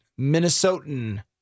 Minnesotan